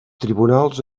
tribunals